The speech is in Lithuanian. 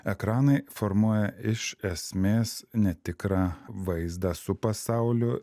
ekranai formuoja iš esmės netikrą vaizdą su pasauliu